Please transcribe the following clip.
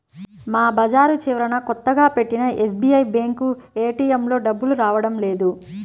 మా బజారు చివరన కొత్తగా పెట్టిన ఎస్బీఐ బ్యేంకు ఏటీఎంలో డబ్బులు రావడం లేదు